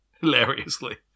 Hilariously